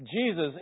Jesus